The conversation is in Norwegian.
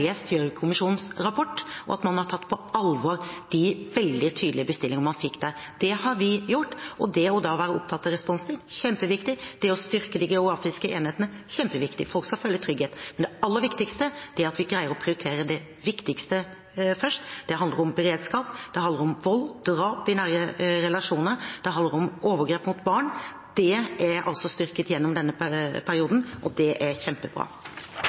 rapport, og tatt på alvor de veldig tydelige bestillingene man fikk der. Det har vi gjort. Det å være opptatt av responstid er kjempeviktig, det å styrke de geografiske enhetene er kjempeviktig, for folk skal føle trygghet, men det aller viktigste er at vi greier å prioritere det viktigste først: Det handler om beredskap, det handler om vold, drap i nære relasjoner, og det handler om overgrep mot barn. Det er altså styrket gjennom denne perioden, og det er kjempebra.